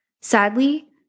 Sadly